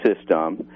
system